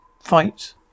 fight